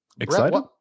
Excited